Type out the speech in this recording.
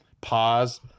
pause